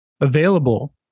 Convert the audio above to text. available